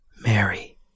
Mary